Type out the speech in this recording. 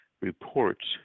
reports